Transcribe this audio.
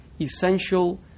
essential